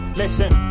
listen